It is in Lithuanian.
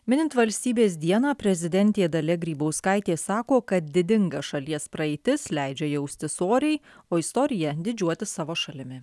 minint valstybės dieną prezidentė dalia grybauskaitė sako kad didinga šalies praeitis leidžia jaustis oriai o istorija didžiuotis savo šalimi